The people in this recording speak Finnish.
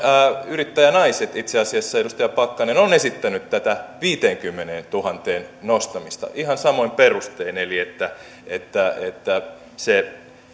yrittäjänaiset itse asiassa edustaja pakkanen on esittänyt tätä viiteenkymmeneentuhanteen nostamista ihan samoin perustein eli että että se